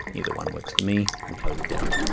either one works for me. and close it down.